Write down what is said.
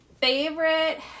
favorite